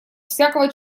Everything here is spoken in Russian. всякого